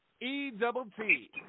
E-double-T